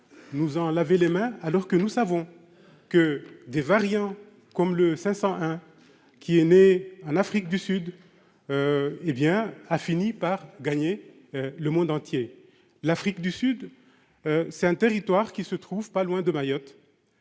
nous en laver les mains, alors que nous savons que des variants comme le 501 qui est né en Afrique du Sud, hé bien, a fini par gagner le monde entier, l'Afrique du Sud, c'est un territoire qui se trouvent pas loin de Mayotte